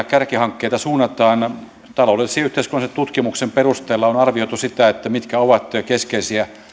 kärkihankkeita suunnataan taloudellisen ja yhteiskunnallisen tutkimuksen perusteella on arvioitu sitä mitkä ovat keskeisiä